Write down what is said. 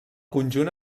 conjunt